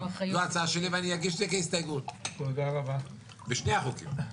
זו ההצעה שלי ואני אגיש את זה כהסתייגות בשני החוקים.